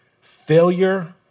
failure